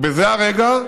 ובזה הרגע,